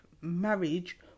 marriage